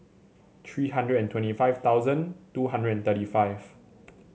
three hundred and twenty five thousand two hundred and thirty five